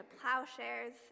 plowshares